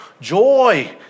joy